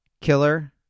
killer